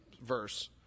verse